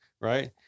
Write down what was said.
right